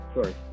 Sorry